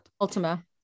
Ultima